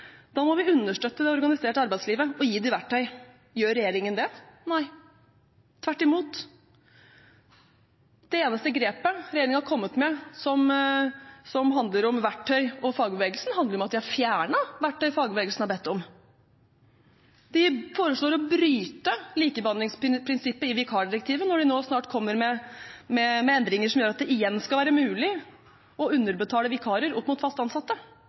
Da må vi understøtte det organiserte arbeidslivet og gi dem verktøy. Gjør regjeringen det? Nei, tvert imot, det eneste grepet regjeringen har kommet med som handler om verktøy og fagbevegelsen, er at de har fjernet verktøyet fagbevegelsen har bedt om. De foreslår å bryte likebehandlingsprinsippet i vikardirektivet når de snart kommer med endringer som gjør at det igjen skal være mulig å underbetale vikarer opp mot fast ansatte.